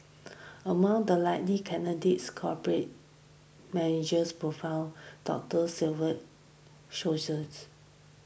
among the likely candidates corporate managers professionals doctors civil socials